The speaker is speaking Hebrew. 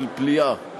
פליאה,